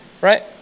right